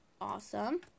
awesome